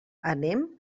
anem